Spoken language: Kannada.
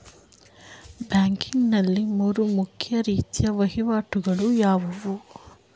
ಬ್ಯಾಂಕಿಂಗ್ ನಲ್ಲಿ ಮೂರು ಮುಖ್ಯ ರೀತಿಯ ವಹಿವಾಟುಗಳು ಯಾವುವು?